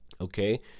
Okay